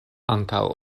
antaŭ